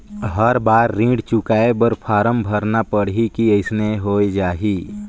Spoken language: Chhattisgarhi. हर बार ऋण चुकाय बर फारम भरना पड़ही की अइसने हो जहीं?